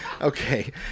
Okay